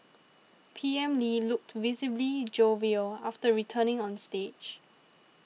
P M Lee looked visibly jovial after returning on stage